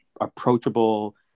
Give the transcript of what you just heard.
approachable